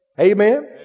Amen